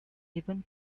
even